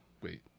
Wait